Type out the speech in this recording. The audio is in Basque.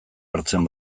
hartzen